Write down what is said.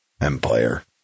empire